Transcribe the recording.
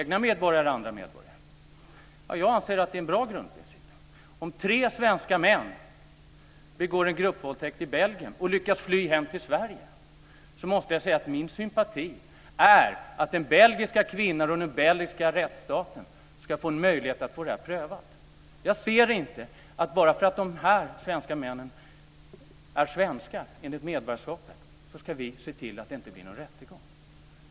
Är det egna eller andra medborgare? Jag anser att det är en bra grundprincip. Om tre svenska män begår en gruppvåldtäkt i Belgien och lyckas fly hem till Sverige är min sympati på den sidan att den belgiska kvinnan och den belgiska rättsstaten ska ha möjlighet att få det här prövat. Jag ser det inte så att bara för att dessa män är svenskar enligt medborgarskapet ska vi se till att det inte blir någon rättegång.